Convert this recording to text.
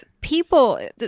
people